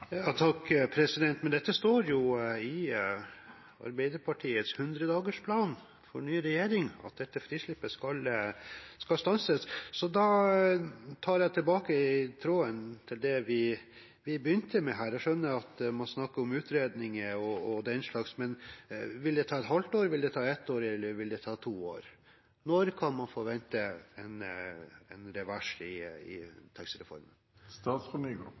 står i Arbeiderpartiets 100-dagersplan for ny regjering at dette frislippet skal stanses, så jeg tar tak i tråden vi begynte med her. Jeg skjønner at man snakker om utredninger og den slags. Men vil det ta et halvt år, vil det ta ett år, eller vil det ta to år? Når kan man forvente en revers i taxireformen? Jeg aksepterer ikke helt premissene for det som representanten sier nå heller, for vi er i